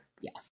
Yes